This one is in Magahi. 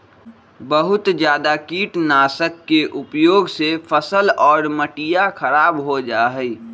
बहुत जादा कीटनाशक के उपयोग से फसल और मटिया खराब हो जाहई